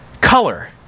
color